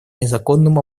незаконным